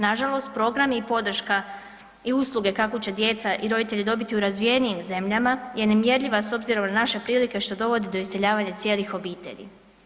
Nažalost, programi i podrška i usluge kakve će djeca i roditelji dobiti u razvijenim zemljama je nemjerljiva s obzirom na naše prilike što dovodi do iseljavanja cijelih obitelji.